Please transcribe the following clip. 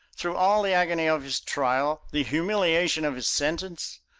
through all the agony of his trial, the humiliation of his sentence,